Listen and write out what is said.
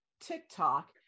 tiktok